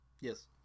Yes